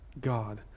God